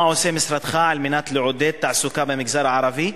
מה עושה משרדך על מנת לעודד תעסוקה במגזר הערבי?